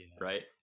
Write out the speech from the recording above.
right